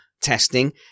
testing